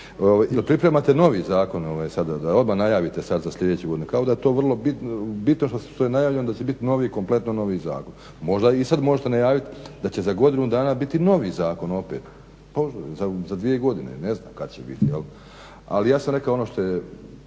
pripremate novi zakon sada da odmah najavite sad za sljedeću godinu. Kao da je to vrlo bitno što je najavljeno da će biti novi, kompletno novi zakon. Možda i sad možete najaviti da će za godinu dana biti novi zakon opet. Za dvije godine, ne znam kad će biti. Ali ja sam rekao ono što je